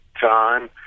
time